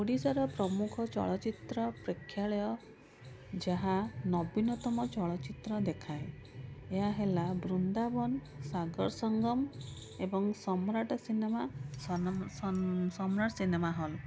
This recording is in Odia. ଓଡ଼ିଶାର ପ୍ରମୁଖ ଚଳଚ୍ଚିତ୍ର ପ୍ରେକ୍ଷାଳୟ ଯାହା ନବୀନତମ ଚଳଚ୍ଚିତ୍ର ଦେଖାଏ ଏହାହେଲା ବୃନ୍ଦାବନ ସାଗର ସଙ୍ଗମ ଏବଂ Samrat cinema Samrat cinema hall